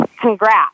congrats